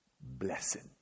blessing